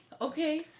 okay